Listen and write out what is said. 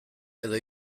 edo